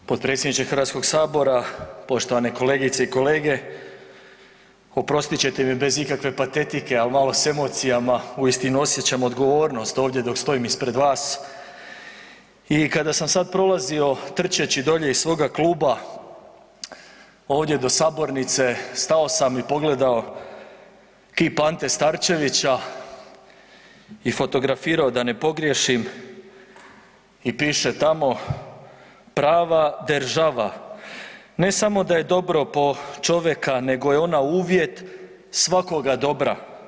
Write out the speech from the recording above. potpredsjedniče Hrvatskog sabora, poštovane kolegice i kolege, oprostite će mi bez ikakve patetike ali malo sam emocijama uistinu osjećam odgovornost ovdje dok stojim ispred vas i kada sam sad prolazio trčeći dolje iz svoga kluba ovdje do sabirnice, stao sam i pogledao kip A. Starčevića i fotografirao da ne pogriješim i piše tamo „Prava deržava ne samo da je dobro po čoveka nego je ona uvjet svakoga dobra.